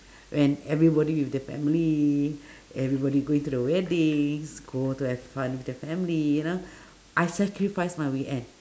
when everybody with the family everybody going to the weddings go to have fun with the family you know I sacrifice my weekend